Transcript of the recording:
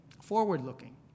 forward-looking